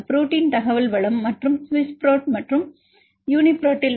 protein தகவல் வளம் மற்றும் சுவிஸ் புரோட் மற்றும் குறிப்பு நேரம் 0930 யுனிப்ரோட்டில்